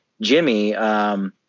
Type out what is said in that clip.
Jimmy